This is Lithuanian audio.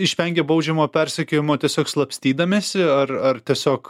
išvengia baudžiamo persekiojimo tiesiog slapstydamiesi ar ar tiesiog